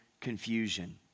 confusion